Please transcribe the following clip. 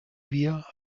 wir